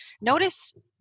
Notice